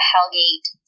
Hellgate